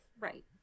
Right